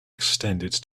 extended